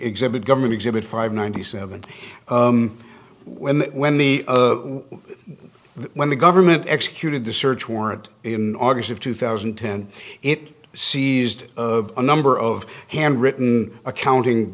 exhibit government exhibit five ninety seven when when the when the government executed the search warrant in august of two thousand and ten it seized of a number of handwritten accounting